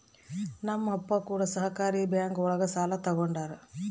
ನಮ್ ಅಪ್ಪ ಕೂಡ ಸಹಕಾರಿ ಬ್ಯಾಂಕ್ ಒಳಗ ಸಾಲ ತಗೊಂಡಾರ